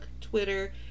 Twitter